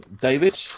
David